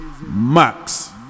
Max